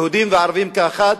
יהודים וערבים כאחד,